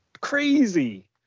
crazy